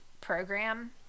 program